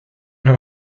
know